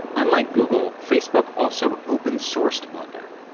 unlike google, facebook also open-sourced blender.